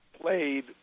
Played